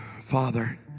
father